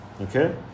Okay